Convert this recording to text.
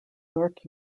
york